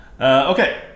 Okay